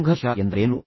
ಸಂಘರ್ಷ ಎಂದರೇನು